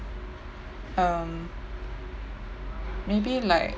um maybe like